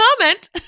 comment